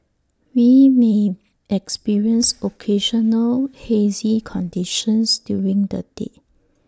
we may experience occasional hazy conditions during the day